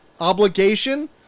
Obligation